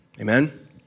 amen